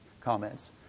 comments